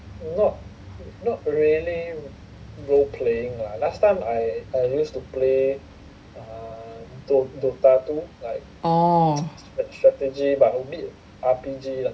orh